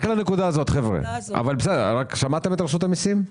חברים, שמעתם את רשות המסים?